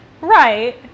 Right